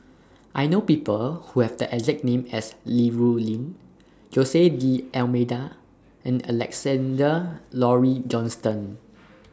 I know People Who Have The exact name as Li Rulin Jose D'almeida and Alexander Laurie Johnston